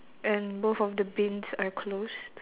and both of the bins are closed